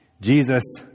Jesus